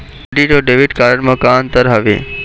Credit अऊ debit card म का अंतर हावे?